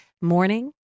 Morning